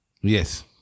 yes